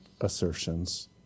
assertions